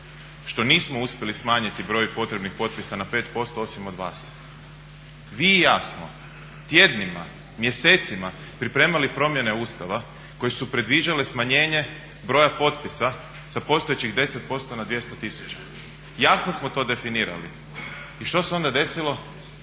što nismo uspjeli smanjiti broj potrebnih potpisa na 5% osim od vas. Vi i ja smo tjednima, mjesecima pripremali promjene Ustava koje su predviđale smanjenje broja potpisa sa postojećih 10% na 200 tisuća. Jasno smo to definirali. I što se onda desilo?